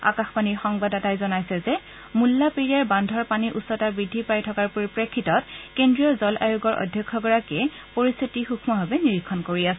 আকাশবাণীৰ সংবাদদাতাই জনাইছে যে মূল্লাপেৰিয়াৰ বান্ধৰ পানীৰ উচ্চতা বৃদ্ধি পাই থকাৰ পৰিপ্ৰেক্ষিতত কেন্দ্ৰীয় জল আয়োগৰ অধ্যক্ষগৰাকীয়ে পৰিস্থিতিৰ ওপৰত সৃক্ষ্মভাৱে নিৰীক্ষণ কৰি আছে